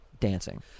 dancing